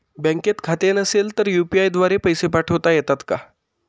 बँकेत खाते नसेल तर यू.पी.आय द्वारे पैसे पाठवता येतात का?